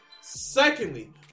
Secondly